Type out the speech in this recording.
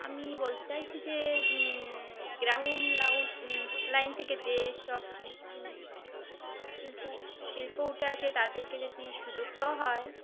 আমি বলতে চাইছি যে গ্রাউন্ড লাউ লাইন থেকে যে সব শিল্পী শিল্প শিল্প উঠে আসে তাদেরকে যদি সুযোগ দেওয়া হয়